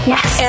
Yes